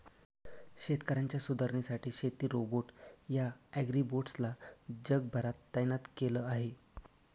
शेतकऱ्यांच्या सुधारणेसाठी शेती रोबोट या ॲग्रीबोट्स ला जगभरात तैनात केल आहे